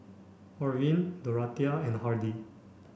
Orvin Dorathea and Hardy